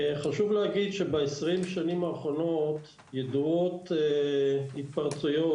חשוב להגיד שב-20 השנים האחרונות ידועות התפרצויות